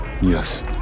Yes